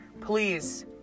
please